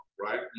right